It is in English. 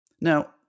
Now